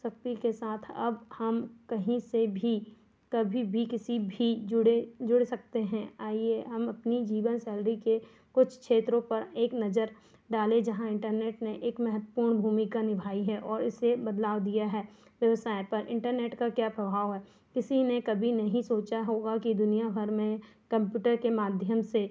शक्ति के साथ अब हम कहीं से भी कभी भी किसी भी जुड़े जुड़ सकते हैं आइए हम अपनी जीवन शैली के कुछ क्षेत्रों पर एक नज़र डालें जहाँ इन्टरनेट ने एक महत्वपूर्ण भूमिका निभाई है और इसे बदलाव दिया है व्यवसाय पर इन्टरनेट का क्या प्रभाव है किसी ने कभी नहीं सोचा होगा कि दुनियाभर में कम्प्यूटर के माध्यम से